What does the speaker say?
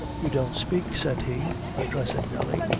you don't spake, said he, addressing nelly.